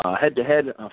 head-to-head